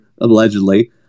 allegedly